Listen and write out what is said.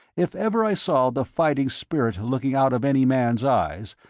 if ever i saw the fighting spirit looking out of any man's eyes,